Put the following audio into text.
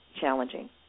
challenging